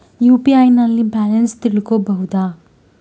UPI ನಲ್ಲಿ ಖಾತಾ balance ತಿಳಕೊ ಬಹುದಾ?